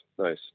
Nice